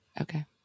Okay